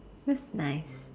that's nice